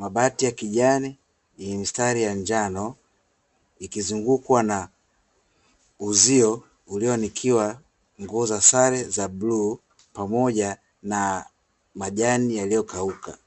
mabati ya kijani yenye mistari ya njano, likizungukwa na uzio ulioanikiwa nguo za sare za bluu pamoja na majani yaliyokauka.